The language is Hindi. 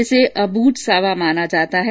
इसे अब्रूझ सावा माना जाता है